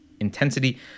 intensity